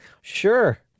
Sure